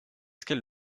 qu’elle